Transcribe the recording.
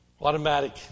automatic